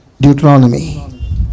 Deuteronomy